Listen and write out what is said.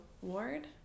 ward